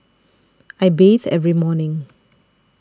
I bathe every morning